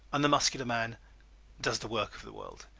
and the muscular man does the work of the world.